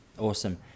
Awesome